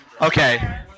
Okay